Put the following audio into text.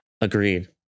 Agreed